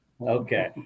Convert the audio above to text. Okay